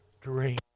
dream